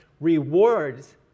rewards